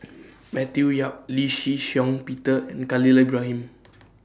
Matthew Yap Lee Shih Shiong Peter and Khalil Ibrahim